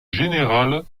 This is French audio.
générale